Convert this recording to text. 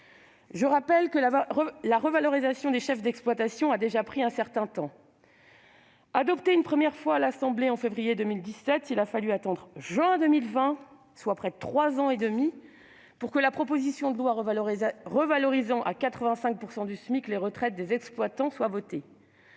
Je rappelle aussi que la revalorisation des pensions des chefs d'exploitation a déjà pris un certain temps : elle a été adoptée une première fois à l'Assemblée nationale en février 2017 et il a fallu attendre juin 2020, soit près de trois ans et demi, pour que la proposition de loi revalorisant à 85 % du SMIC les retraites des exploitants soit votée,